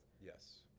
Yes